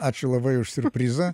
ačiū labai už siurprizą